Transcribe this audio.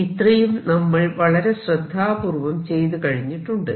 ഇത്രയും നമ്മൾ വളരെ ശ്രദ്ധാപൂർവം ചെയ്തു കഴിഞ്ഞിട്ടുണ്ട്